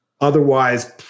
Otherwise